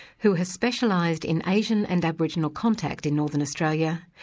who has specialised in asian and aboriginal contact in northern australia,